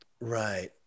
right